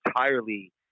entirely